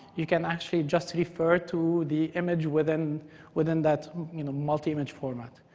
you can actually just refer to the image within within that multi-image format.